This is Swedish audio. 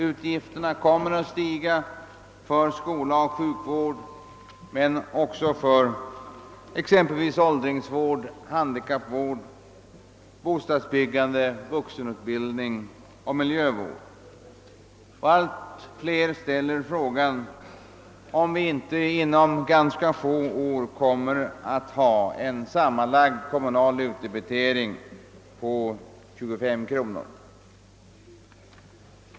Utgifterna kommer att stiga för skola och sjuk vård men också för åldringsoch handikappvård, bostadsbyggande, vuxenutbildning och miljövård. Allt fler människor ställer nu frågan om vi inte inom ganska få år kommer att ha en sammanlagd kommunal utdebitering på 25 kronor.